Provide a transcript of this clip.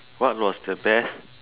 what was the best